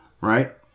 Right